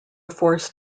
force